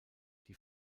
die